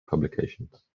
publications